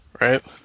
right